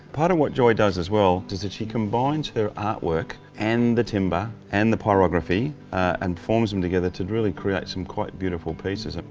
part of what joy does as well, is that she combines her art work and the timber, and the pyrography and forms them together to really create some quite beautiful pieces.